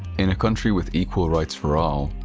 in a country with equal rights for all,